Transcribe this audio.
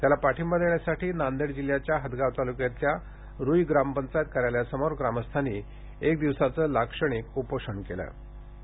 त्याला पाठिंबा देण्यासाठी नांदेड जिल्ह्याच्या हदगाव ताल्क्यातील रूई ग्रामपंचायत कार्यालयासमोर ग्रामस्थांनी एक दिवसाचे लाक्षणिक उपोषण मंगळवारी करण्यात आले